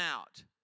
out